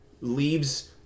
leaves